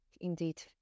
Indeed